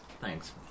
Thanks